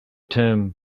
term